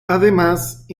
además